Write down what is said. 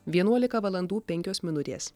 vienuolika valandų penkios minutės